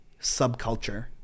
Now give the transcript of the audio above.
subculture